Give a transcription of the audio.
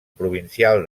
provincial